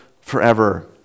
forever